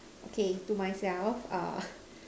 okay to myself err